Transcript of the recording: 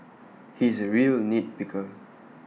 he is A real nit picker